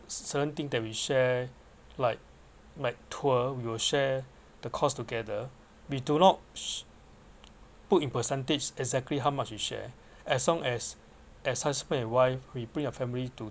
certain thing that we share like might tour we will share the cost together we do not put in percentage exactly how much we share as long as as husband and wife we bring the family to